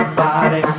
body